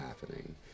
happening